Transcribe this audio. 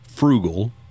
Frugal